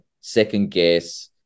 second-guess